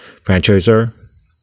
franchisor